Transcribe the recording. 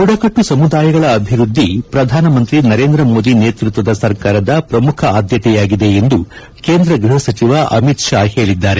ಬುಡಕಟ್ಟು ಸಮುದಾಯಗಳ ಅಭಿವೃದ್ದಿ ಪ್ರಧಾನಮಂತ್ರಿ ನರೇಂದ್ರ ಮೋದಿ ನೇತೃತ್ವದ ಸರಕಾರದ ಪ್ರಮುಖ ಆದ್ಯತೆಯಾಗಿದೆ ಎಂದು ಕೇಂದ್ರ ಗ್ಬಹ ಸಚಿವ ಅಮಿತ್ ಶಾ ಹೇಳಿದ್ದಾರೆ